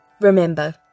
Remember